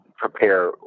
prepare